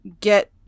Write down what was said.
get